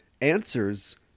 answers